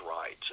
rights